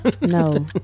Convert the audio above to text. no